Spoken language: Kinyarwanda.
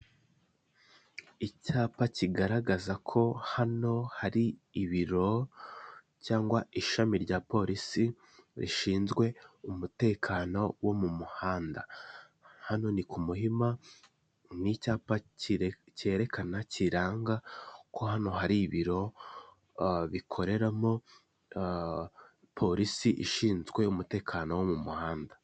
Icyapa kigaragaza ko hano hari ibiro cyangwa ishami rya polisi rishinzwe umutekano wo mu muhanda, hano ni ku muhima ni icyapa kerekana kiranga ko hano hari ibiro bikoreramo polisi ishinzwe umutekano wo mu muhanda.